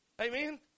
Amen